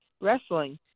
wrestling